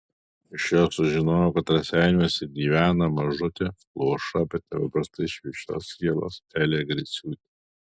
iš jo sužinojau kad raseiniuose gyvena mažutė luoša bet nepaprastai šviesios sielos elė griciūtė